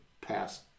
past